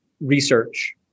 research